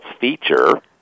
feature